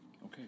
Okay